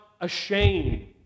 ashamed